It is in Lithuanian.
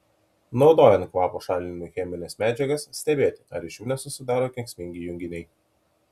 naudojant kvapo šalinimui chemines medžiagas stebėti ar iš jų nesusidaro kenksmingi junginiai